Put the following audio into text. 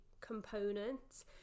components